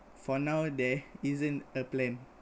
for now there isn't a plan